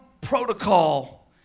protocol